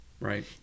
right